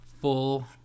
full